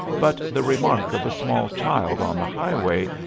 but the remark of a small child on the highway,